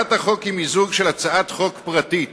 הצעת החוק היא מיזוג של הצעת חוק פרטית